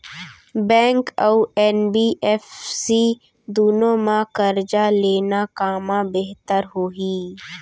Bank अऊ NBFC दूनो मा करजा लेना कामा बेहतर होही?